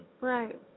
Right